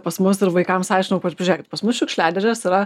pas mus ir vaikams aiškinau kad pažiūrėkit pas mus šiukšliadėžėse yra